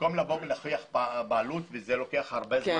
במקום להוכיח בעלות שלוקח הרבה זמן